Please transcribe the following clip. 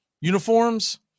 uniforms